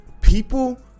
People